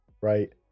Right